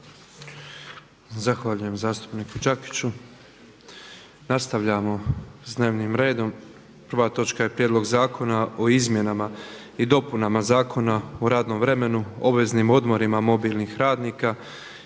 **Petrov, Božo (MOST)** Nastavljamo sa dnevnim redom. Prva točka je: – Prijedlog zakona o Izmjenama i dopunama Zakona o radnom vremenu, obveznim odmorima mobilnih radnika